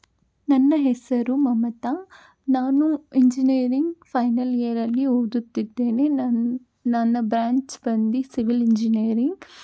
ನನ್ನ ಹೆಸರು ಮಮತಾ ನಾನು ಎಂಜಿನಿಯರಿಂಗ್ ಫೈನಲ್ ಇಯರಲ್ಲಿ ಓದುತ್ತಿದ್ದೇನೆ ನನ್ನ ನನ್ನ ಬ್ರ್ಯಾಂಚ್ ಬಂದು ಸಿವಿಲ್ ಇಂಜಿನಿಯರಿಂಗ್